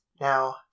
now